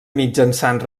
mitjançant